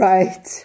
Right